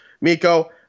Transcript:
Miko